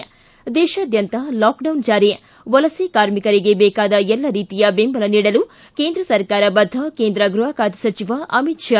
ದೇಶಾದ್ಯಂತ ಲಾಕ್ಡೌನ್ ಜಾರಿ ವಲಸೆ ಕಾರ್ಮಿಕರಿಗೆ ಬೇಕಾದ ಎಲ್ಲ ರೀತಿಯ ಬೆಂಬಲ ನೀಡಲು ಕೇಂದ್ರ ಸರ್ಕಾರ ಬದ್ದ ಕೇಂದ್ರ ಗೃಹ ಖಾತೆ ಸಚಿವ ಅಮಿತ್ ಶಾ